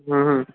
হু হু